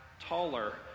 taller